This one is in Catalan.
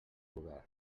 govern